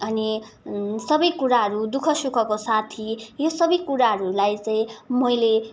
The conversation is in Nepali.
अनि सबै कुराहरू दु ख सुखको साथी यो सबै कुराहरूलाई चाहिँ मैले